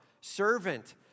servant